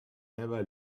never